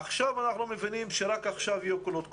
עכשיו אנחנו מבינים שרק עכשיו יהיו קולות קוראים.